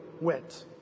went